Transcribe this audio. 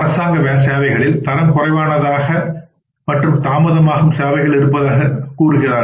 அரசாங்க சேவைகளில் தரம் குறைவான மற்றும் தாமதமாகும் சேவைகள் இருப்பதாக கூறுகிறார்கள்